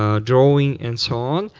ah drawing, and so on,